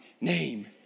name